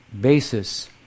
basis